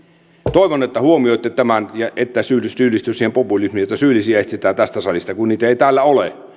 toivon että huomioitte tämän ja ette syyllisty siihen populismiin jossa syyllisiä etsitään tästä salista kun niitä ei täällä ole